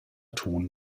ton